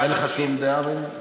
אין לך שום דעה בעניין?